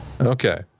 Okay